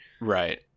Right